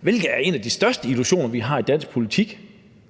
hvilket er en af de største illusioner, vi har i dansk politik;